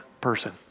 person